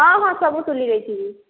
ହଁ ହଁ ସବୁ ତୁଲି ଦେଇଥିବି